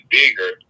bigger